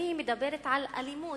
אני מדברת על אלימות,